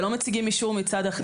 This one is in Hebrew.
אבל לא מציגים אישור מצד אחר,